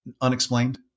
unexplained